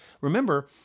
Remember